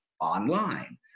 online